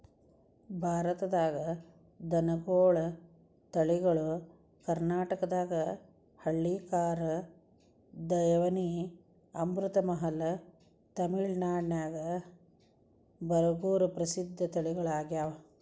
ಭಾರತದಾಗ ದನಗೋಳ ತಳಿಗಳು ಕರ್ನಾಟಕದಾಗ ಹಳ್ಳಿಕಾರ್, ದೇವನಿ, ಅಮೃತಮಹಲ್, ತಮಿಳನಾಡಿನ್ಯಾಗ ಬರಗೂರು ಪ್ರಸಿದ್ಧ ತಳಿಗಳಗ್ಯಾವ